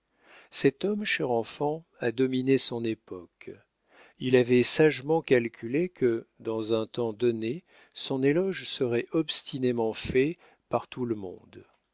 cet homme cher enfant a dominé son époque il avait sagement calculé que dans un temps donné son éloge serait obstinément fait par tout le monde